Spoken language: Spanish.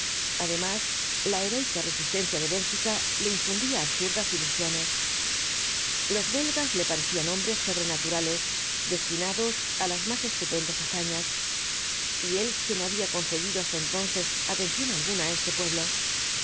del apocalipsis roica resistencia de bélgica le infundía absurdas ilusiones los belgas le parecían hombres sobrenaturales destinados á las más estupendas hazañas y él que no había concedido hasta entonces atención alguna á este pueblo